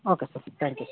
okay sir thank you